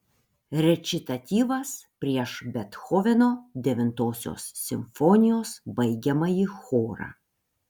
rečitatyvas prieš bethoveno devintosios simfonijos baigiamąjį chorą